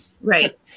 right